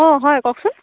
অঁ হয় কওকচোন